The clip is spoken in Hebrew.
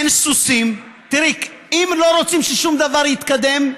אין סוסים, תראי, אם לא רוצים ששום דבר יתקדם,